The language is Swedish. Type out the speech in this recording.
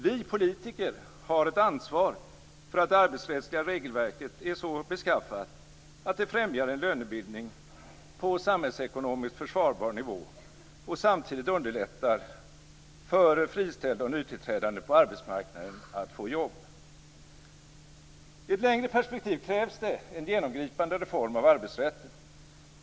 Vi politiker har ett ansvar för att det arbetsrättsliga regelverket är så beskaffat, att det främjar en lönebildning på samhällsekonomiskt försvarbar nivå och samtidigt underlättar för friställda och nytillträdande på arbetsmarknaden att få jobb. I ett längre perspektiv krävs det en genomgripande reform av arbetsrätten.